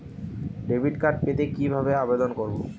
Debit card পেতে কি ভাবে আবেদন করব?